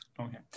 Okay